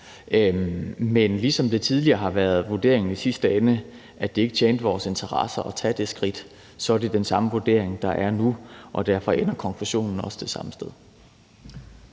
Men ligesom det tidligere i sidste ende har været vurderingen, at det ikke tjente vores interesser at tage det skridt, er det den samme vurdering, der er nu, og derfor ender konklusionen også det samme sted.